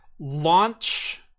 launch